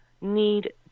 need